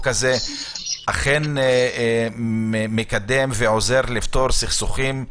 הזה אכן מקדמים ועוזרים לפתור סכסוכים,